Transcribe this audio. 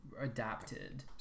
adapted